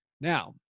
Now